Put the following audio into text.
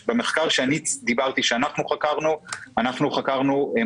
במחקר שאני תיארתי אנחנו חקרנו ממתיקים